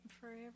forever